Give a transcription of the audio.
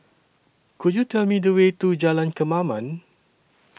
Could YOU Tell Me The Way to Jalan Kemaman